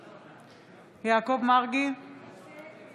בעד יעקב מרגי, נגד מופיד מרעי,